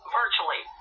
virtually